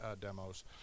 demos